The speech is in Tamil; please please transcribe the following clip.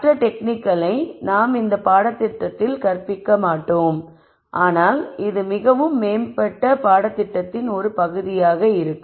மற்ற டெக்னிக்களை நாம் இந்த பாடதிட்டத்தில் கற்பிக்க மாட்டோம் ஆனால் இது மிகவும் மேம்பட்ட பாடதிட்டத்தின் ஒரு பகுதியாக இருக்கும்